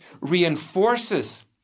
reinforces